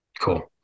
Cool